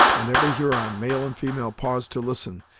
and every huron, male and female, paused to listen,